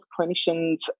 clinicians